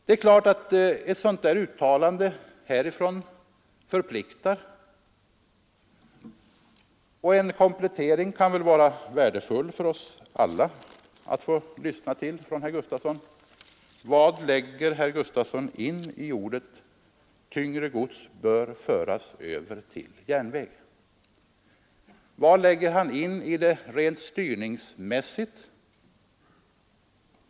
Det är klart att ett sådant uttalande förpliktar, och en komplettering kan väl vara värdefull för oss alla att få lyssna till. Vad lägger herr Gustafson in i orden ”tyngre gods bör föras över till järnväg”?